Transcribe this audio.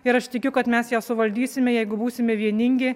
ir aš tikiu kad mes ją suvaldysime jeigu būsime vieningi